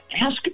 Ask